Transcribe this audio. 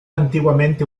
antiguamente